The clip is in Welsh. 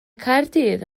caerdydd